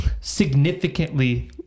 significantly